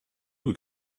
were